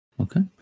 okay